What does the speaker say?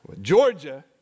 Georgia